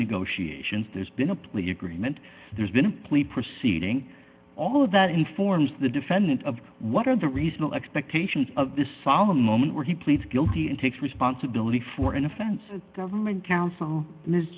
negotiations there's been a plea agreement there's been plea proceeding all of that informs the defendant of what are the reasonable expectations of this solemn moment where he pleads guilty and takes responsibility for an offense a government counsel m